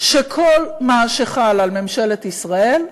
שכל מה שחל על ממשלת ישראל,